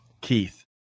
Keith